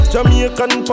Jamaican